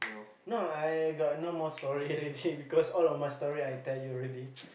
no I got no more story already because all of my story I tell you already